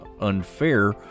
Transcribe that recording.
unfair